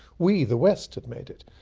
we, the west had made it.